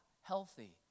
healthy